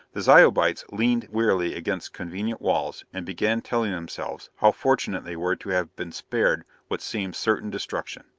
the zyobites leaned wearily against convenient walls and began telling themselves how fortunate they were to have been spared what seemed certain destruction.